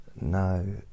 no